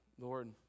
Lord